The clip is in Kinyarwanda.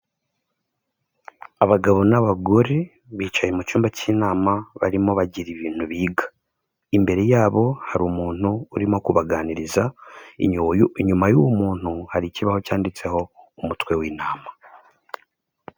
Abagabo n'abagore bicaye mu cyumba cy'inama, barimo bagira ibintu biga, imbere yabo hari umuntu urimo kubaganiriza, inyuma y'uwo muntu hari ikibaho cyanditseho umutwe w'inama.